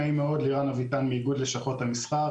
מאיגוד לשכות המסחר,